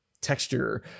texture